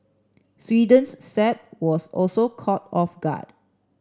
Sweden's Saab was also caught off guard